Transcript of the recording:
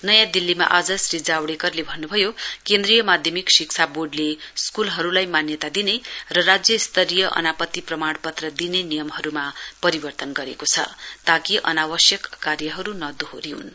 नयाँ दिल्लीमा आज श्री जावड़ेकरले भन्न्भयो केन्द्रीय माध्यमिक शिक्षा वोर्डले स्कूलहरुलाई मान्यता दिने र राज्य स्तरीय अनापति प्रमाणपत्र दिने नियमहरुमा परिवर्तन गरेको छ ताकि अनावश्यक कार्यहरु नदोहोरिउन्